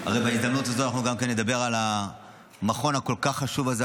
בהזדמנות הזו אנחנו נדבר על המכון החשוב כל כך הזה,